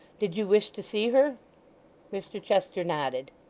did you wish to see her mr chester nodded.